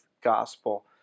gospel